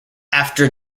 after